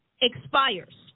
expires